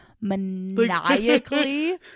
maniacally